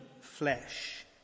flesh